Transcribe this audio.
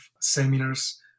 seminars